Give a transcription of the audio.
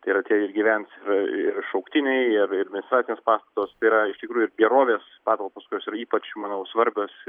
tai yra tie išgyvens ir ir šauktiniai ir ir administracinės pastatos tai yra iš tikrųjų ir gerovės patalpos kurios yra ypač manau svarbios